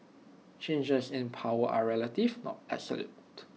changes in power are relative not absolute